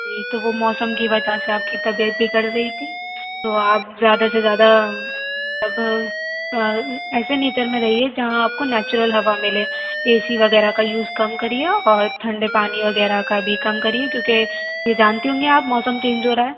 جی تو وہ موسم کی وجہ سے آپ کی طبیعت بگڑ گئی تھی تو آپ زیادہ سے زیادہ اب ایسے نیچر میں رہیے جہاں آپ کو نیچرل ہَوا ملے اے سی وغیرہ کا یوز کم کریے اور ٹھنڈے پانی وغیرہ کا بھی کم کریے کیونکہ یہ جانتے ہونگے آپ موسم چینج ہو رہا ہے